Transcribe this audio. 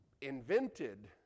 Invented